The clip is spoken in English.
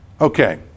Okay